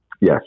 Yes